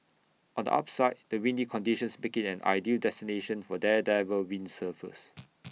on the upside the windy conditions make IT an ideal destination for daredevil windsurfers